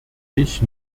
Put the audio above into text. ich